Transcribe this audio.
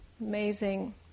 amazing